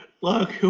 Look